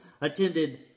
attended